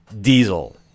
Diesel